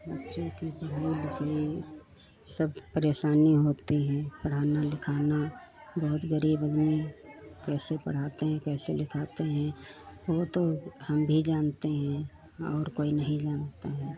बच्चों की पढाई लिखाई सब परेशानी होती हैं पढ़ाना लिखाना बहुत गरीब अमीर कैसे पढ़ाते हैं कैसे लिखाते हैं वह तो हम भी जानते हैं और कोई नहीं जानता है